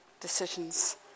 decisions